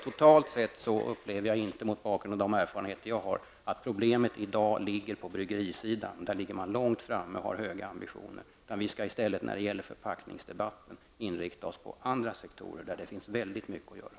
Totalt upplever jag inte, mot bakgrund av den erfarenhet som jag har, att problemet i dag finns på bryggerisidan. Där ligger man långt framme och har höga ambitioner. Vi skall i stället i förpackningsdebatten inrikta oss på andra sektorer, där det finns väldigt mycket att göra.